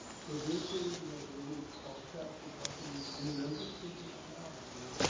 prevention, you know really crosscuts. you're talking. i mean i'm just thinking out loud right now.